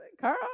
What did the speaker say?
Carl